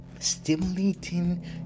stimulating